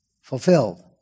fulfilled